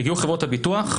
הגיעו חברות הביטוח,